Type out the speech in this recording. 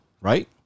right